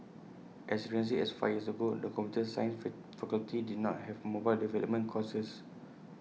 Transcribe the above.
as recently as five years ago the computer science fee faculty did not have mobile development courses